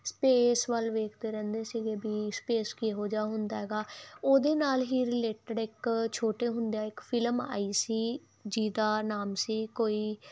space ਵੱਲ ਵੇਖਦੇ ਰਹਿੰਦੇ ਸੀਗੇ ਵੀ ਸਪੇਸ ਕਿਹੋ ਜਿਹਾ ਹੁੰਦਾ ਹੈਗਾ ਉਹਦੇ ਨਾਲ ਹੀ ਰਿਲੇਟਡ ਇੱਕ ਛੋਟੇ ਹੁੰਦੇ ਆ ਇੱਕ ਫਿਲਮ ਆਈ ਸੀ ਜੀ ਦਾ ਨਾਮ ਸੀ ਕੋਈ ਮਿਲ ਜਾਏ